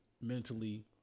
mentally